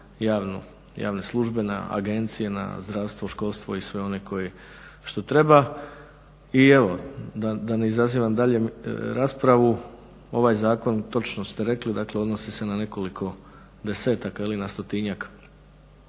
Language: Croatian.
na javne službe, na agencije, na zdravstvo, školstvo i sve one što treba. I evo, da ne izazivam dalje raspravu, ovaj zakon točno ste rekli odnosi se na nekoliko desetaka ili na stotinjak